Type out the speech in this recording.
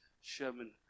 Sherman